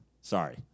Sorry